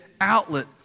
outlet